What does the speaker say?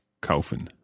kaufen